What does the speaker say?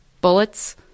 bullets